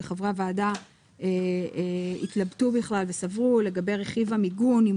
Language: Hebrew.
וחברי הוועדה התלבטו בכלל וסברו לגבי רכיב המיגון אם